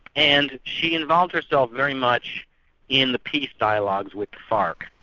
and she involved herself very much in the peace dialogues with the farc,